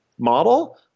Model